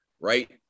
right